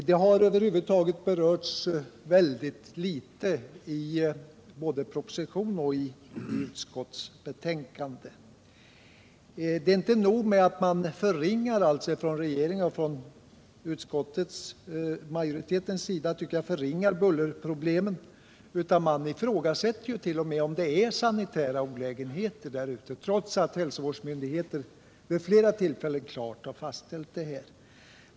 Det har över huvud taget berörts väldigt litet i både proposition och utskottsbetänkande. Det är inte nog med att man från regeringen och utskottsmajoriteten — tycker jag — förringar bullerproblemen, utan man ifrågasätter t.o.m. om det är sanitära olägenheter där ute, trots att hälsovårdsmyndigheter vid flera tillfällen klart har fastställt detta.